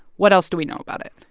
what else do we know about it?